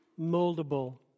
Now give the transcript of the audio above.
moldable